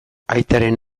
aitaren